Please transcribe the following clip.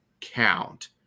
count